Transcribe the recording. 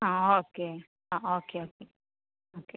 ആ ഓക്കെ ആ okay okay okay